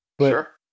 Sure